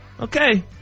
Okay